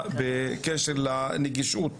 בכל אחד מההיבטים האלה,